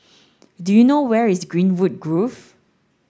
do you know where is Greenwood Grove